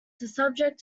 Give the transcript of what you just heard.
subject